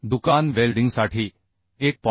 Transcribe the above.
दुकान वेल्डिंगसाठी 1